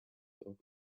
talk